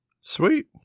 Sweet